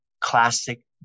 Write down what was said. classic